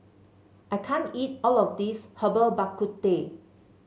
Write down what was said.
I can't eat all of this Herbal Bak Ku Teh